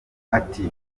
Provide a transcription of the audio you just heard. ati